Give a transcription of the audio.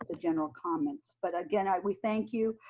ah general comments. but again, we thank you.